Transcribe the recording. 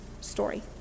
story